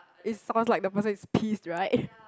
it sounds like the person is pissed right